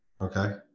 okay